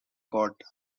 got